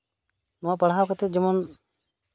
ᱱᱚᱣᱟ ᱯᱟᱲᱦᱟᱣ ᱠᱟᱛᱮᱫ ᱡᱮᱢᱚᱱ